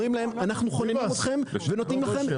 אומרים להם אנחנו חוננים אתכם ונותנים לכם